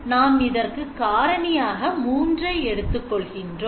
நாம் இதற்கு காரணியாக மூன்றை எடுத்துக் கொள்கின்றோம்